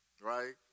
right